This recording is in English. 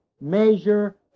measure